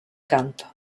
canto